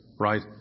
Right